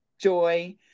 joy